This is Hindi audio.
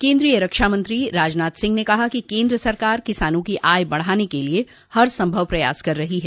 केन्द्रीय रक्षा मंत्री राजनाथ सिंह ने कहा कि केन्द्र सरकार किसानों की आय बढ़ाने के लिए हरसंभव प्रयास कर रही है